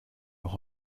noch